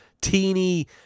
teeny